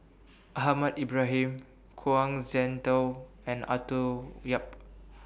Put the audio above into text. Ahmad Ibrahim Kuang Shengtao and Arthur Yap